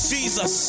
Jesus